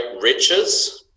riches